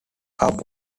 are